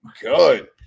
good